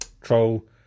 troll